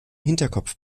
hinterkopf